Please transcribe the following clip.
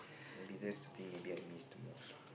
maybe that's the thing maybe I missed the most lah